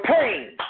pain